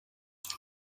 reka